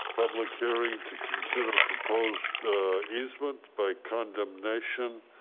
public hearing to consider proposed easement by condemnation